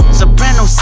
Soprano